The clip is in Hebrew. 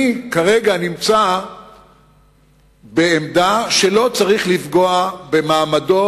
אני כרגע נמצא בעמדה שלא צריך לפגוע במעמדו